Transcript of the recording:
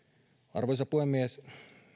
arvoisa puhemies